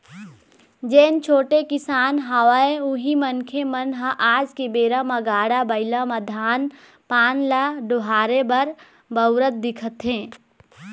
जेन छोटे किसान हवय उही मनखे मन ह आज के बेरा म गाड़ा बइला म धान पान ल डोहारे बर बउरत दिखथे